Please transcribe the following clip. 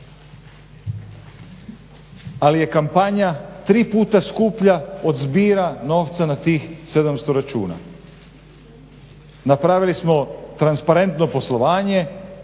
ali je kampanja tri puta skuplja od zbira novca na tih 700 računa. Napravili smo transparentno poslovanje,